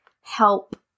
help